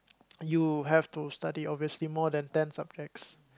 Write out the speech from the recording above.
you have to study obviously more than ten subjects